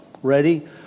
Ready